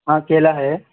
ہاں کیلا ہے